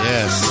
Yes